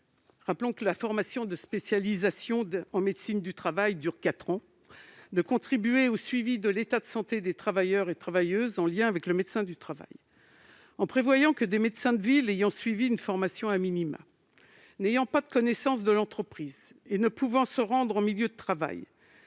rappelle que la spécialisation en médecine du travail dure quatre ans -de contribuer au suivi de l'état de santé des travailleurs et travailleuses, en lien avec le médecin du travail. En prévoyant que des médecins de ville ayant suivi une formation, qui n'ont pas de connaissance de l'entreprise et qui ne peuvent pas se rendre sur le lieu de travail,